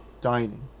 Dining